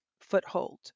foothold